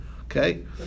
Okay